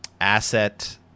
asset